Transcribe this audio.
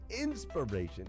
inspiration